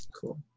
Cool